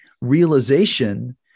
realization